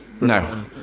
No